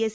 S